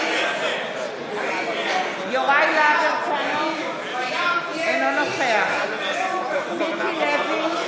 בעד יוראי להב הרצנו, אינו נוכח מיקי לוי,